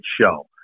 show